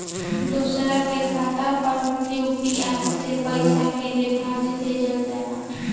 दोसरा के खाता पर में यू.पी.आई से पइसा के लेखाँ भेजल जा सके ला?